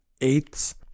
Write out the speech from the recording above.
eighths